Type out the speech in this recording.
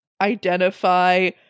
identify